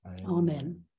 Amen